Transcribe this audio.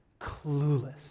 clueless